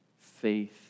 faith